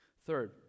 Third